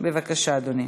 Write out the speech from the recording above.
תודה.